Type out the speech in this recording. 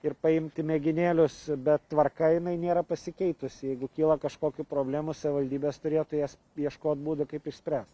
ir paimti mėginėlius bet tvarka jinai nėra pasikeitusi jeigu kyla kažkokių problemų savivaldybės turėtų jas ieškot būdų kaip išspręst